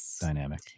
dynamic